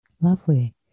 Lovely